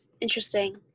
Interesting